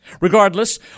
Regardless